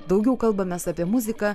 daugiau kalbamės apie muziką